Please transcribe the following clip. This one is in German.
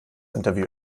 interview